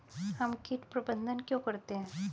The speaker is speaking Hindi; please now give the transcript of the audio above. हम कीट प्रबंधन क्यों करते हैं?